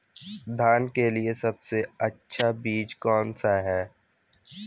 धान के लिए सबसे अच्छा बीज कौन सा है?